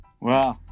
Wow